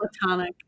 platonic